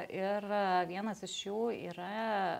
ir vienas iš jų yra